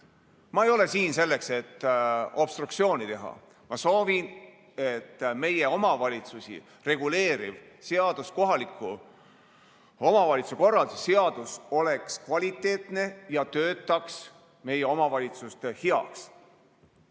Ma ei ole siin selleks, et obstruktsiooni teha. Ma soovin, et meie omavalitsusi reguleeriv seadus, kohaliku omavalitsuse korralduse seadus oleks kvaliteetne ja töötaks meie omavalitsuste heaks.